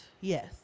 Yes